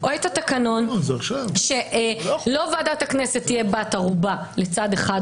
כמו שאמרה פה חברת הכנסת רוזין מתוך פוזיציה